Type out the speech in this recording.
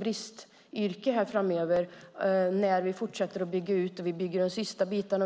bristyrken framöver när vi fortsätter att bygga ut de sista bitarna.